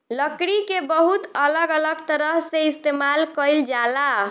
लकड़ी के बहुत अलग अलग तरह से इस्तेमाल कईल जाला